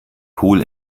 pool